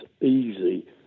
easy